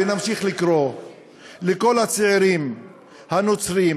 ונמשיך לקרוא לכל הצעירים הנוצרים,